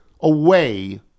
away